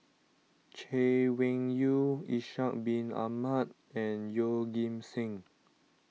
Chay Weng Yew Ishak Bin Ahmad and Yeoh Ghim Seng